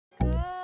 Good